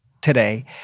today